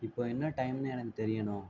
இப்போது என்ன டைம்னு எனக்கு தெரியணும்